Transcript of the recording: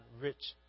rich